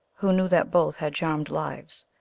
who knew that both had charmed lives,